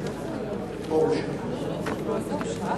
לא נתקבלה.